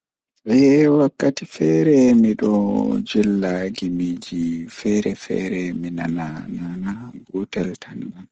Eh wakkati feere midon jilla gimiiji feere feere mi nana nadum gimol gotel tan ba.